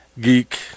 geek